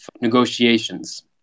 negotiations